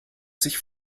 sich